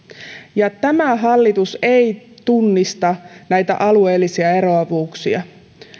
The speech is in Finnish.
tämä hallitus ei tunnista näitä alueellisia eroavuuksia